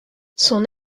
son